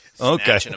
Okay